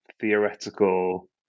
theoretical